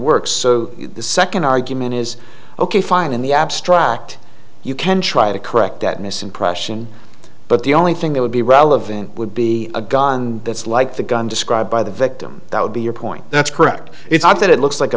works so the second argument is ok fine in the abstract you can try to correct that misimpression but the only thing that would be relevant would be a gun that's like the gun described by the victim that would be your point that's correct it's not that it looks like a